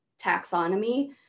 taxonomy